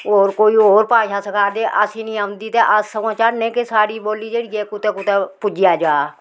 होर कोई होर भाशा सखा दे असें नेईं औंदी ते अस समां चाह्न्ने कि साढ़ी बोली जेह्ड़ी ऐ कुतै कुतै पुज्जेआ जा